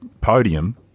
podium